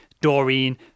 Doreen